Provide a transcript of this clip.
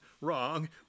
wrong